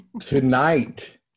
Tonight